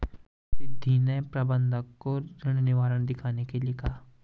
रिद्धी ने प्रबंधक को ऋण विवरण दिखाने के लिए कहा